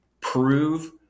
prove